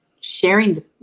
sharing